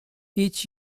each